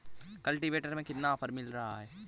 Cultivator में कितना offer मिल रहा है?